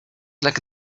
like